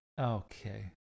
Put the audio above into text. okay